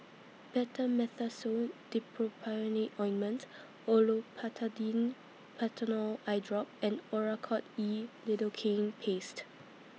Betamethasone Dipropionate Ointment Olopatadine Patanol Eyedrop and Oracort E Lidocaine Paste